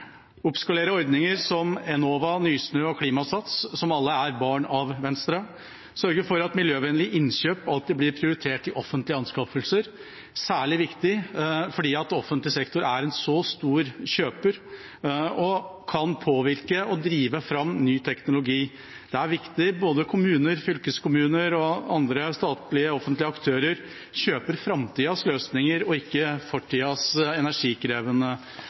oppskalere ordninger som Enova, Nysnø og Klimasats, som alle er barn av Venstre, sørge for at miljøvennlige innkjøp alltid blir prioritert i offentlige anskaffelser. Dette er særlig viktig fordi offentlig sektor også er en så stor kjøper og kan påvirke og drive fram ny teknologi. Det er viktig at både kommuner, fylkeskommuner og andre offentlige, statlige aktører kjøper framtidas løsninger – og ikke fortidas energikrevende